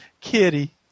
kitty